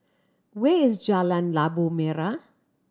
where is Jalan Labu Merah